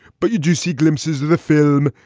but you do see glimpses of the film.